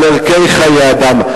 על ערך חיי אדם,